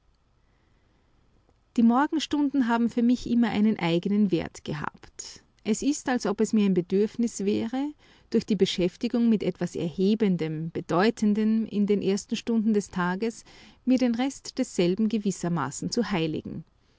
die morgenstunden haben für mich immer einen einen eigenen wert gehabt es ist als ob es mir bedürfnis wäre durch die beschäftigung mit etwas erhebendem bedeutendem in den ersten stunden des tages mir den rest desselben gewissermaßen zu heiligen